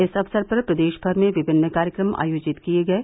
इस अक्सर पर प्रदेश भर में विभिन्न कार्यक्रम आयोजित किये गये